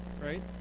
right